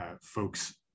folks